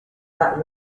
bad